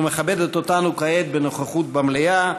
ומכבדת אותנו כעת בנוכחות במליאה: